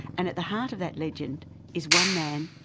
and at the heart of that legend is one man,